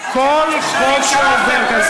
כל חוק שעובר כאן,